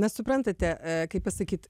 na suprantate kaip pasakyt